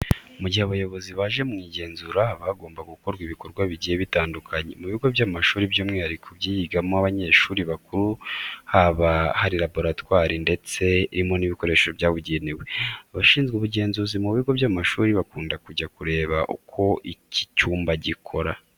Mu gihe abayobozi baje mu igenzura haba hagomba gukorwa ibikorwa bigiye bitandukanye. Mu bigo by'amashuri by'umwihariko ibyigamo abanyeshuri bakuru haba hari laboratwari ndetse irimo n'ibikoresho byabugenewe. Abashinzwe ubugenzuzi mu bigo by'amashuri bakunda kujya kureba uko iki cyumba gikora.